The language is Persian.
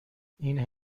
این